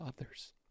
others